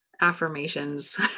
affirmations